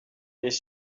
les